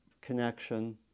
connection